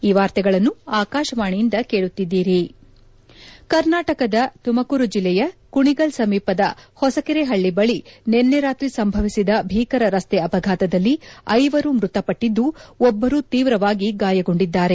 ಈ ವಾರ್ತೆಗಳನ್ನು ಆಕಾಶವಾಣಿಯಿಂದ ಕೇಳುತ್ತಿದ್ದೀರಿ ಕರ್ನಾಟಕದ ತುಮಕೂರು ಜಿಲ್ಲೆಯ ಕುಣಿಗಲ್ ಸಮೀಪದ ಹೊಸಕೆರೆಹಳ್ಳಿ ಬಳಿ ನಿನ್ನೆ ರಾತ್ರಿ ಸಂಭವಿಸಿದ ಭೀಕರ ರಸ್ತೆ ಅಪಘಾತದಲ್ಲಿ ಐವರು ಮೃತಪಟ್ಟಿದ್ದು ಒಬ್ಬರು ತೀವ್ರವಾಗಿ ಗಾಯಗೊಂಡಿದ್ದಾರೆ